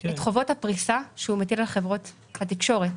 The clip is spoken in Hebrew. את חובות הפריסה שהוא מטיל על חברות התקשורת